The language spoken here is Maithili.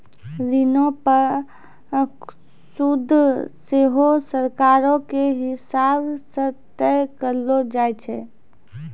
ऋणो पे सूद सेहो सरकारो के हिसाब से तय करलो जाय छै